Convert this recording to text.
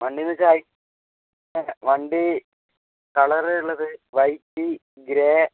വണ്ടി എന്ന് വച്ചാൽ ഐ വണ്ടി കളറ് ഉള്ളത് വൈറ്റ് ഗ്രേ